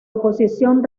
oposición